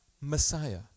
Messiah